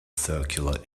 circular